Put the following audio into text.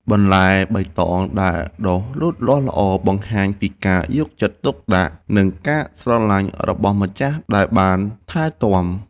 បន្លែបៃតងដែលដុះលូតលាស់ល្អបង្ហាញពីការយកចិត្តទុកដាក់ និងការស្រឡាញ់របស់ម្ចាស់ដែលបានថែទាំ។